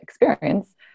experience